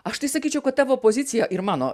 aš tai sakyčiau kad tavo pozicija ir mano